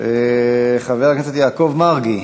חבר הכנסת יעקב מרגי,